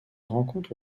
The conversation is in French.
rencontre